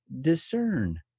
discern